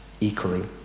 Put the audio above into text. equally